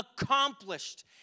accomplished